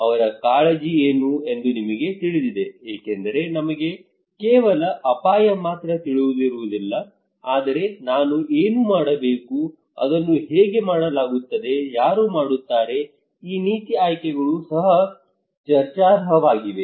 ಅವರ ಕಾಳಜಿ ಏನು ಎಂದು ನಮಗೆ ತಿಳಿದಿದೆ ಏಕೆಂದರೆ ನಮಗೆ ಕೇವಲ ಅಪಾಯ ಮಾತ್ರ ತಿಳಿದಿರುವುದಿಲ್ಲ ಆದರೆ ನಾವು ಏನು ಮಾಡಬೇಕು ಅದನ್ನು ಹೇಗೆ ಮಾಡಲಾಗುತ್ತದೆ ಯಾರು ಮಾಡುತ್ತಾರೆ ಈ ನೀತಿ ಆಯ್ಕೆಗಳು ಸಹ ಚರ್ಚಾರ್ಹವಾಗಿವೆ